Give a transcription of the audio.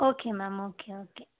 okay ma'am okay okay